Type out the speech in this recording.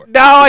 no